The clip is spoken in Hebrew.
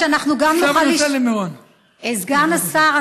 סגן השר,